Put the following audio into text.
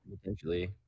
potentially